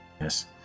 Yes